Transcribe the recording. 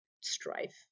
strife